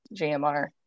GMR